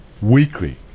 Weekly